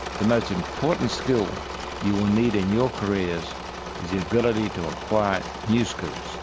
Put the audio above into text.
the most important skill you will need in your careers is the ability to acquire new skills